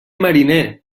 mariner